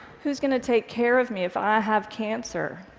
who's going to take care of me if i have cancer?